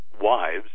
wives